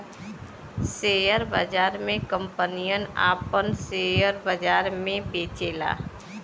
share बाजार मे कंपनियन आपन सेअर बाजार मे बेचेला